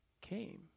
came